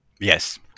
yes